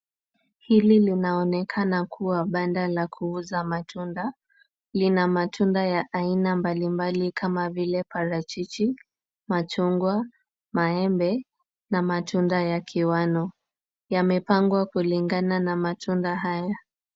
Hili linaonekana kuwa banda la kuuza matunda. Lina matunda ya aina mbalimbali kama vile parachichi, machungwa, maembe na matunda ya kiwano. Yamepangwa kulingana na matunda haya.